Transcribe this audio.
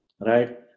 right